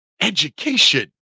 education